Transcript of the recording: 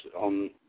on